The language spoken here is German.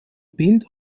bilder